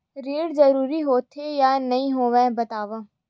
ऋण जरूरी होथे या नहीं होवाए बतावव?